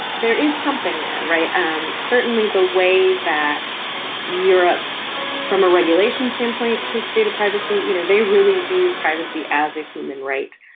there is something there, right? and certainly the way that europe from a regulation standpoint, treats data privacy. you know they really view privacy as a human right.